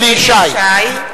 אליהו ישי,